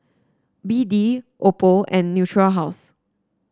B D Oppo and Natura House